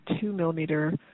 two-millimeter